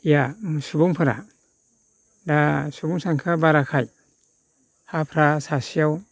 सुबुंफोरा दा सुबुं सानखोआ बाराखाय हाफोरा सासेयाव